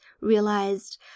realized